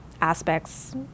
aspects